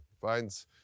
finds